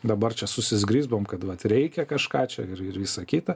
dabar čia susizgribome kad reikia kažką čia ir ir visa kita